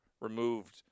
removed